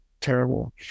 terrible